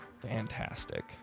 fantastic